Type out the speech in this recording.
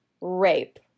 rape